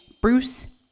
Bruce